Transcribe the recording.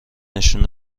نشون